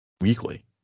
weekly